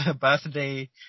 birthday